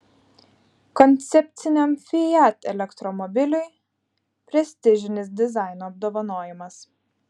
koncepciniam fiat elektromobiliui prestižinis dizaino apdovanojimas